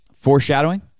foreshadowing